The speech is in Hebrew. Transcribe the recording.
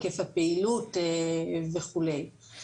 היקף הפעילות וכו'.